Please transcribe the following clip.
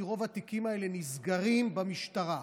כי רוב התיקים האלה נסגרים במשטרה,